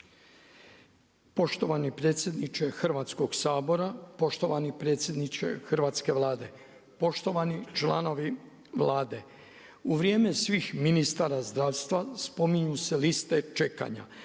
Poštovani predsjedniče Hrvatskog sabora, poštovani predsjedniče hrvatske Vlade, poštovani članovi Vlade. U vrijeme svih ministara zdravstva spominju se liste čekanja,